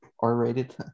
R-rated